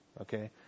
Okay